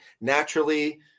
Naturally